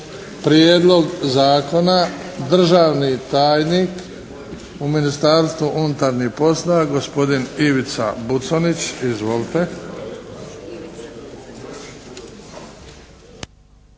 Prijedlog zakona? Državni tajnik u Ministarstvu unutarnjih poslova gospodin Ivica Buconjić. Izvolite.